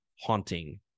Haunting